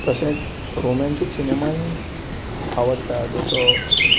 तशेंच रोमेंटीक सिनेमाय आवडटा जसो